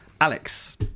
Alex